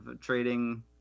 trading